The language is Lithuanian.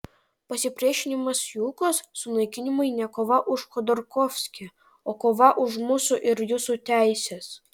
pasipriešinimas jukos sunaikinimui ne kova už chodorkovskį o kova už mūsų ir jūsų teises